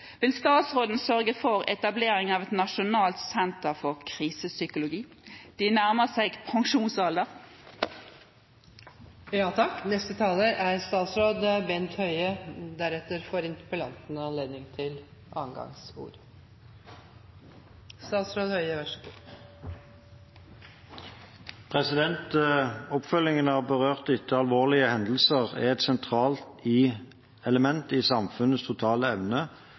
Vil statsråden sørge for etablering av et nasjonalt senter for krisepsykologi – de nærmer seg pensjonsalder? Oppfølgingen av berørte etter alvorlige hendelser er et sentralt element i samfunnets totale evne til